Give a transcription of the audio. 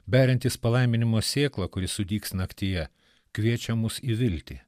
beriantys palaiminimo sėklą kuri sudygs naktyje kviečia mus į viltį